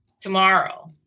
Tomorrow